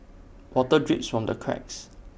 water drips from the cracks